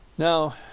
Now